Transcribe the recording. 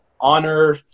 honor